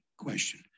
question